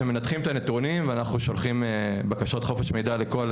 כשמנתחים את הנתונים - ואנחנו שולחים בקשות חופש מידע לכל